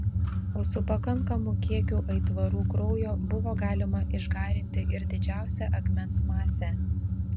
o su pakankamu kiekiu aitvarų kraujo buvo galima išgarinti ir didžiausią akmens masę